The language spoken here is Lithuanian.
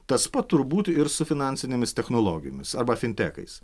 tas pat turbūt ir su finansinėmis technologijomis arba fintekais